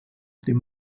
dem